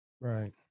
Right